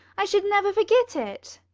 i should never forget it.